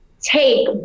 take